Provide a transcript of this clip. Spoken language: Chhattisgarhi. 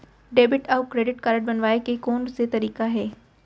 डेबिट अऊ क्रेडिट कारड बनवाए के कोन कोन से तरीका हे?